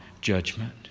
judgment